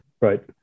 right